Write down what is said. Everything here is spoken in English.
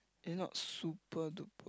they are not super duper